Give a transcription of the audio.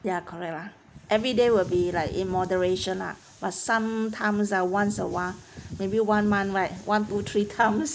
ya correct lah everyday will be like in moderation lah but sometimes ah once a while maybe one month right one three times